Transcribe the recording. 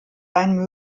ein